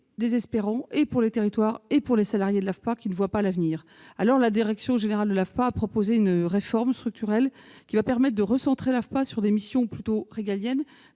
désespérante à la fois pour les territoires et pour les salariés de l'AFPA, qui ne voient pas l'avenir. La Direction générale de l'AFPA a proposé une réforme structurelle qui va permettre de recentrer cette agence sur des missions plutôt régaliennes